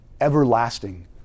everlasting